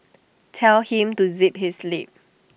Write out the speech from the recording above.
tell him to zip his lip